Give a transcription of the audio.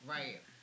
Right